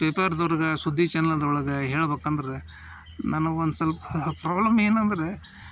ಪೇಪರ್ದೋರಿಗೆ ಸುದ್ದಿ ಚನಲ್ದೊಳಗ ಹೇಳ್ಬೇಕಂದ್ರೆ ನನಗೆ ಒಂದು ಸ್ವಲ್ಪ ಪ್ರಾಬ್ಲಮ್ ಏನೆಂದರೆ